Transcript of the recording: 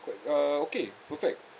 quite uh okay perfect